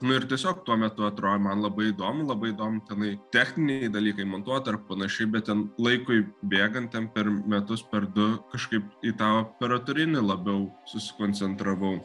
nu ir tiesiog tuo metu atro man labai įdomu labai įdomu tenai techniniai dalykai montuot ar panašiai bet ten laikui bėgant ten per metus per du kažkaip į tą operatorinį labiau susikoncentravau